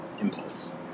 impulse